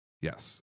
Yes